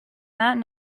that